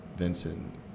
Vincent